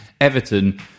Everton